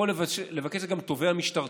יכול לבקש גם תובע משטרתי.